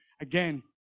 again